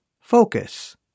Focus